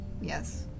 Yes